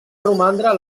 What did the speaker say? romandre